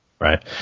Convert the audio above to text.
Right